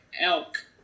elk